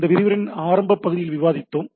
இந்த விரிவுரையின் ஆரம்ப பகுதியில் விவாதித்தோம்